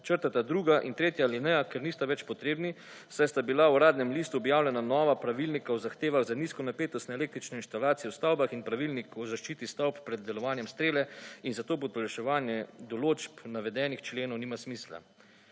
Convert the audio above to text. črtata 2. in 3. alineja, ker nista več potrebni, saj sta bila v Uradnem listu objavljena nova pravilnika o zahtevah za nizko napetost na električne inštalacije o stavbah in pravilnik o zaščiti stavb pred delovanjem strele in zato podaljševanje določb navedenih členov nima smisla.